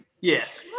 Yes